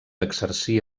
exercí